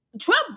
Trump